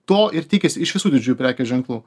to ir tikisi iš visų didžiųjų prekės ženklų